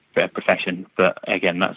but profession. but again,